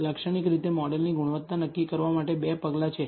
લાક્ષણિક રીતે મોડેલની ગુણવત્તા નક્કી કરવા માટે બે પગલાં છે